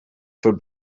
for